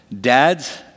Dads